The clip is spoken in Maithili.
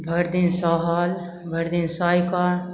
भरिदिन सहल भरिदिन सहिकऽ